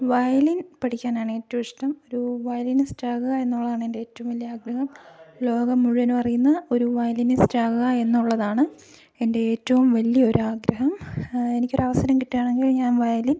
violin പഠിക്കാനാണ് ഏറ്റവും ഇഷ്ടം ഒരു വയലിനിസ്റ്റ് ആവുക എന്നുള്ളതാണ് എൻ്റെ ഏറ്റവും വലിയ ആഗ്രഹം ലോകം മുഴുവനും അറിയുന്ന ഒരു വയലിനിസ്റ്റ് ആവുക എന്നുള്ളതാണ് എൻ്റെ ഏറ്റവും വലിയ ഒരാഗ്രഹം എനിക്ക് ഒരു അവസരം കിട്ടുകയാണെങ്കിൽ ഞാൻ വയലിൻ